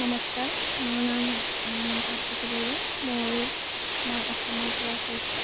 নমস্কাৰ মোৰ নাম ভাস্বতী বৰুৱা মোৰ মই অসমৰপৰা কৈছোঁ